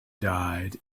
died